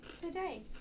today